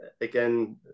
again